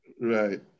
Right